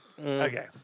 Okay